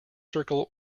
circle